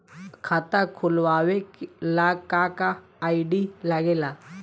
खाता खोलवावे ला का का आई.डी लागेला?